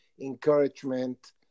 encouragement